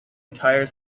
entire